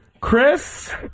Chris